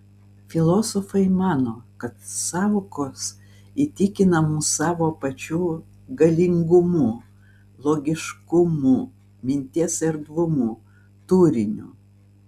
filosofai mano kad sąvokos įtikina mus savo pačių galingumu logiškumu minties erdvumu turiniu